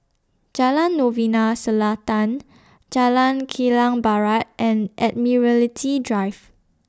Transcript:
Jalan Novena Selatan Jalan Kilang Barat and Admiralty Drive